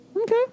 Okay